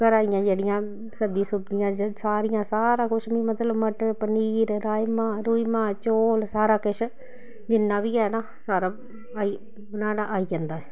घरा दियां जेह्ड़ियां सब्जी सुब्जियां सारियां सारा कुछ मी मतलब मटर पनीर राजमाह् रूजमाह् चौल सारा किश जिन्ना बी है ना सारा आई बनाना आई जंदा